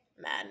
Men